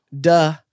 duh